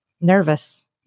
Nervous